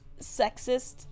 sexist